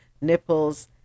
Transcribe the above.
nipples